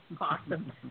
Awesome